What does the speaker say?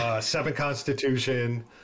seven-constitution